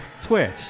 twitch